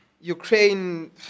Ukraine